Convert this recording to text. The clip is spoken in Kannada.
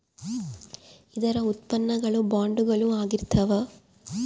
ಇದರ ಉತ್ಪನ್ನ ಗಳು ಬಾಂಡುಗಳು ಆಗಿರ್ತಾವ